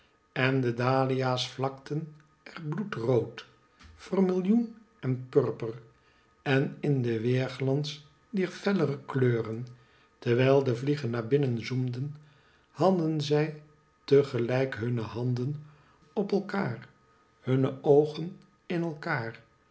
en de dahlia's vlakten er bioedrood vermillioen en purper en in den weerglans dier fellere kleuren terwijl de vliegen naar binnen zoemden hadden zij te gelijk hunne handen op elkaar hunne oogen in elkaar